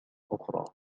أخرى